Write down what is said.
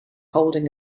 holding